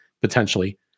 potentially